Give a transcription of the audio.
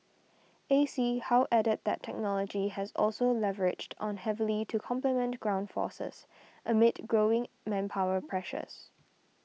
A C how added that technology has also leveraged on heavily to complement ground forces amid growing manpower pressures